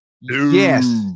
Yes